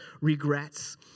regrets